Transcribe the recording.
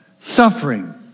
Suffering